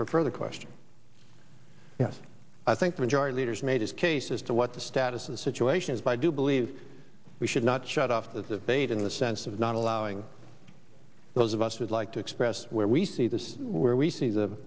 know for the question yes i think the majority leader's made his case as to what the status of the situation is by do believe we should not shut off the debate in the sense of not allowing those of us would like to express where we see this where we see the